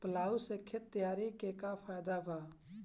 Plough से खेत तैयारी के का फायदा बा?